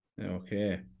Okay